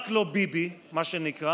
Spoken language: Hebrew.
רק לא ביבי, מה שנקרא.